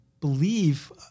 believe